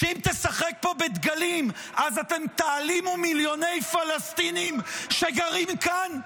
שאם תשחק פה בדגלים אז אתם תעלימו מיליוני פלסטינים שגרים כאן?